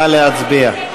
נא להצביע.